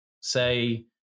say